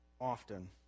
often